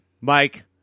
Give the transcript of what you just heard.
Mike